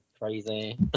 crazy